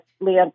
leon